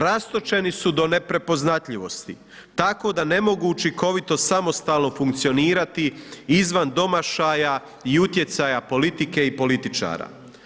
Rastočeni su do neprepoznatljivosti tako da ne mogu učinkovito samostalno funkcionirati izvan domašaja i utjecaja politike i političara.